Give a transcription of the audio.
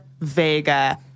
Vega